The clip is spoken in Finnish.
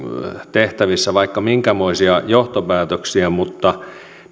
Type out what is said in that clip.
tehtävissä vaikka minkämoisia johtopäätöksiä mutta